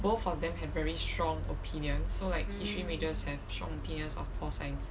both of them had very strong opinion so like history majors have strong opinions of pol science